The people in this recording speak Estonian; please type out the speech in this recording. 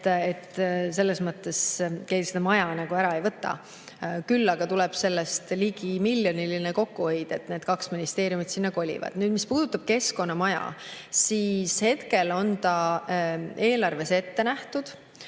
Selles mõttes keegi seda maja nagu ära ei võta. Küll aga tuleb sellest ligi miljoniline kokkuhoid, kui need kaks ministeeriumi kolivad. Mis puudutab keskkonnamaja, siis hetkel on ta eelarves ette nähtud,